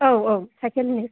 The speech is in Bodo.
औ औ साइकेलनि